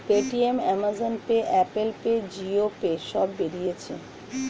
Paytm, Amazon pay, Apple pay, Jio pay সব বেরিয়েছে